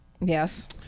Yes